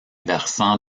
versant